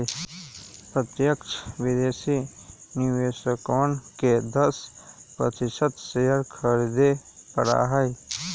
प्रत्यक्ष विदेशी निवेशकवन के दस प्रतिशत शेयर खरीदे पड़ा हई